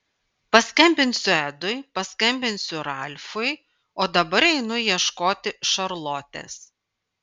paskambinsiu edui paskambinsiu ralfui o dabar einu ieškoti šarlotės